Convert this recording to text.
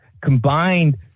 combined